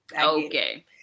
Okay